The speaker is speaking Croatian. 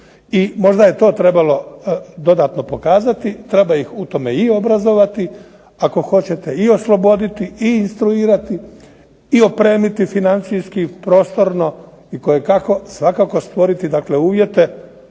možda je to trebalo dodatno pokazati, treba ih u tome i obrazovati, ako hoćete i osloboditi i …/Ne razumije se./…, i opremiti financijski, prostorno, i kojekako, svakako stvoriti dakle